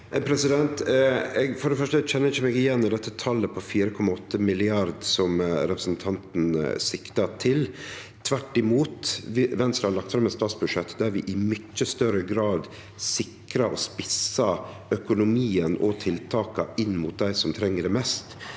For det første kjenner eg meg ikkje igjen i dette talet på 4,8 mrd. kr som representanten siktar til. Tvert imot har Venstre lagt fram eit statsbudsjett der vi i mykje større grad sikrar og spissar økonomien og tiltaka inn mot dei som treng det mest.